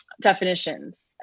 Definitions